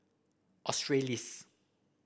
australis